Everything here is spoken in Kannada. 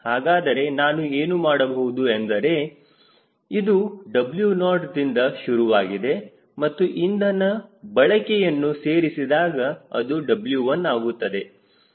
ಹಾಗಾದರೆ ನಾನು ಏನು ಮಾಡಬಹುದು ಎಂದರೆ ಇದು W0 ದಿಂದ ಶುರುವಾಗಿದೆ ಮತ್ತು ಇಂಧನ ಬಳಕೆಯನ್ನು ಸೇರಿಸಿದಾಗ ಅದು W1 ಆಗುತ್ತದೆ